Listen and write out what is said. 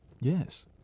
Yes